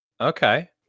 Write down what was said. Okay